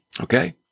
Okay